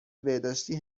بهداشتی